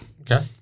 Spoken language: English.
Okay